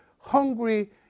hungry